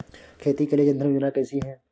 खेती के लिए जन धन योजना कैसी है?